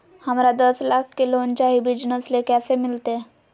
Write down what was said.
हमरा दस लाख के लोन चाही बिजनस ले, कैसे मिलते?